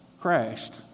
crashed